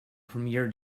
premier